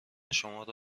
شمارو